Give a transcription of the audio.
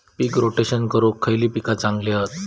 पीक rotation करूक खयली पीका चांगली हत?